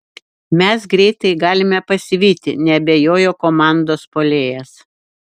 mes greitai galime pasivyti neabejojo komandos puolėjas